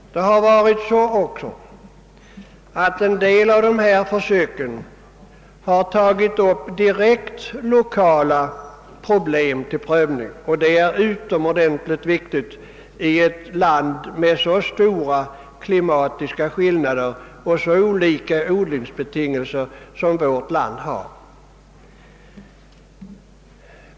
En del av dessa försök har tagit upp direkt lokala problem till prövning, och det är utomordentligt viktigt i ett land med så stora klimatiska skillnader och så olika odlingsbetingelser som vårt.